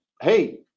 hey